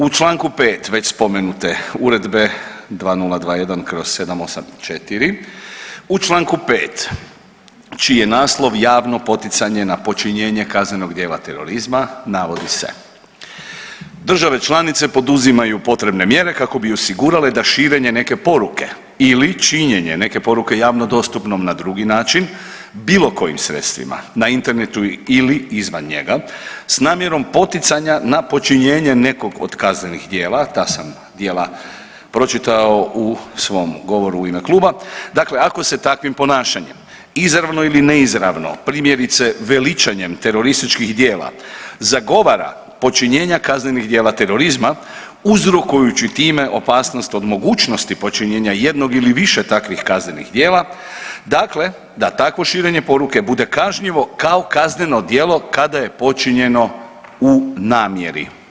U Članku 5. već spomenute Uredbe 2021/784, u Članku 5. čiji je naslov Javno poticanje na počinjenje kaznenog dijela terorizma navodi se, države članice poduzimaju potrebne mjere kako bi osigurale da širenje neke poruke ili činjenje neke poruke javno dostupnom na drugi način bilo kojim sredstvima na internetu ili izvan njega s namjerom poticanja na počinjenje nekog od kaznenih djela, ta sam djela pročitao u svom govoru u ime kluba, dakle ako se takvim ponašanjem izravno ili neizravno primjerice veličanjem terorističkih djela zagovara počinjenja kaznenih djela terorizma uzrokujući time opasnost od mogućnosti počinjenja jednog ili više takvih kaznenih djela, dakle da takvo širenje poruke bude kažnjivo kao kazneno djelo kada je počinjeno u namjeri.